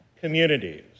communities